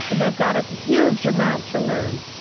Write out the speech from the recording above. and they've got a huge amount to learn